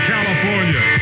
California